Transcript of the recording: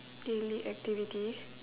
daily activity